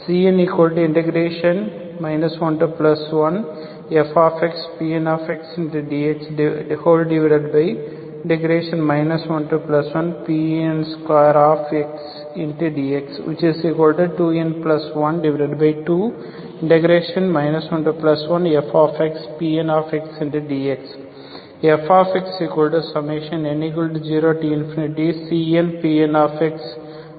Cn 11fxPndx 11Pn2dx 2n12 11fxPndx fxn0CnPn நம்மிடம் உள்ளது